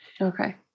Okay